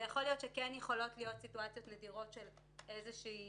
ויכול להיות שיכולות להיות סיטואציות נדירות של תקלה